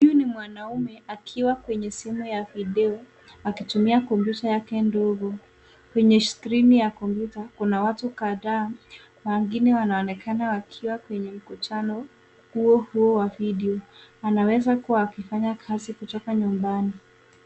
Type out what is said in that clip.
Huyu ni mwanaume akiwa kwenye simu ya video akitumia kompyuta yake ndogo. Kwenye skrini ya kompyuta kuna watu kadhaa, wengine wakiwa kwenye mkutano huo huo wa video . Wanaweza kuwa wakifanya kazi kutoka nyumbani.